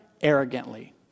arrogantly